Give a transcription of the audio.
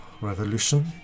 revolution